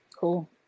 Cool